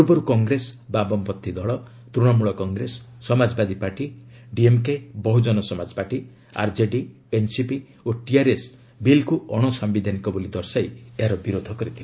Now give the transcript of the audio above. ପୂର୍ବରୁ କଂଗ୍ରେସ ବାମପନ୍ଥୀଦଳ Trinamool Congress Samajwadi Party DMK Bahujan Samaj Party RJD NCP ଓ ଟିଆର୍ଏସ୍ ବିଲ୍କୁ ଅଣ ସମ୍ଭିଧାନିକ ବୋଲି ଦର୍ଶାଇ ଏହାର ବିରୋଧ କରିଥିଲେ